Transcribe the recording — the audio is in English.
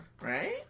Right